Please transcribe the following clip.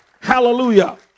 hallelujah